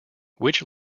which